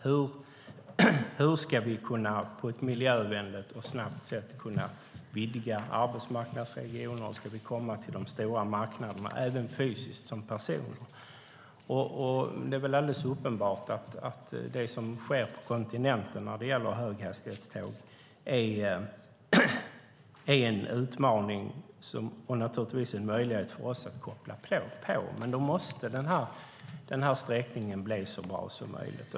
Hur ska vi på ett miljövänligt och snabbt sätt kunna vidga arbetsmarknadsregioner? Hur ska vi komma till de stora marknaderna även fysiskt, som personer? Det är väl alldeles uppenbart att det som sker på kontinenten när det gäller höghastighetståg är en utmaning och naturligtvis en möjlighet för oss att koppla på. Men då måste den här sträckningen bli så bra som möjligt.